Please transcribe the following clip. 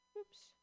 Oops